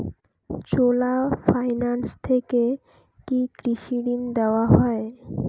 চোলা finance থেকে কি কৃষি ঋণ দেওয়া হয়?